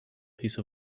peace